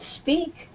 speak